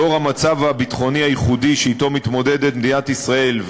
לאור המצב הביטחוני הייחודי שאתו מתמודדת מדינת ישראל,